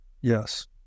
Yes